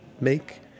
make